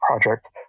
project